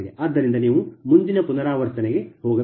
ಆದ್ದರಿಂದ ನೀವು ಮುಂದಿನ ಪುನರಾವರ್ತನೆಗೆ ಹೋಗಬೇಕು